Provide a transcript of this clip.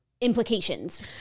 implications